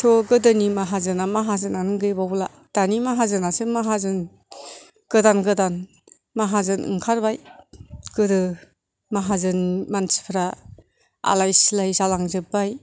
थ' गोदोनि माहाजोना माहाजोनानो गैबावला दानि माहाजोनासो माहाजोन गोदान गोदान माहाजोन ओंखारबाय गोदो माहाजोन मानसिफोरा आलाय सिलाय जालांजोब्बाय